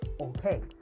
okay